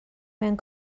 mewn